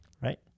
Right